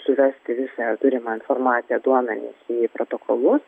suvesti visą turimą informaciją duomenis į protokolus